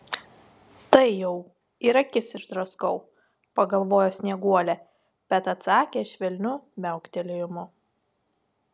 tai jau ir akis išdraskau pagalvojo snieguolė bet atsakė švelniu miauktelėjimu